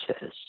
says